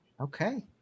Okay